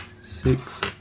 six